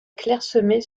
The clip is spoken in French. clairsemées